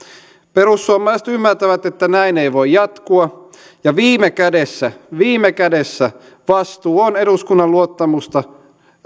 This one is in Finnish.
perussuomalaiset ymmärtävät että näin ei voi jatkua ja viime kädessä viime kädessä vastuu on eduskunnan luottamusta